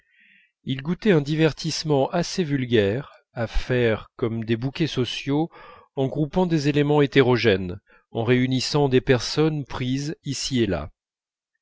il goûtait un divertissement assez vulgaire à faire comme des bouquets sociaux en groupant des éléments hétérogènes en réunissant des personnes prises ici et là